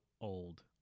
old